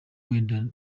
wenda